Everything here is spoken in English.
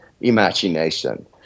imagination